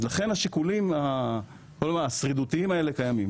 ולכן השיקולים השרידותיים האלה קיימים.